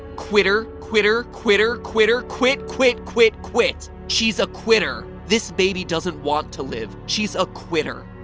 quitter. quitter. quitter. quitter. quit. quit. quit. quit! she's a quitter! this baby doesn't want to live! she's a quitter!